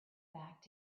back